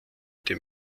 dem